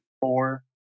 four